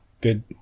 Good